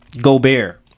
Gobert